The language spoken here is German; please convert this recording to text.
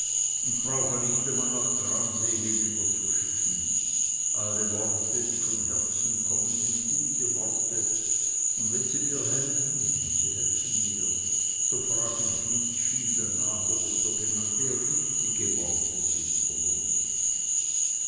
und brauche nicht mal nach gransee hineinzuschicken alle worte die von herzen kommen sind gute worte und wenn sie mir helfen und sie helfen mir so frag ich nicht viel danach ob es sogenannte richtige worte sind oder nicht